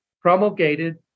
promulgated